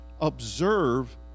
observe